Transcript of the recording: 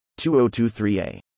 2023a